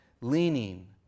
leaning